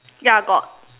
ya got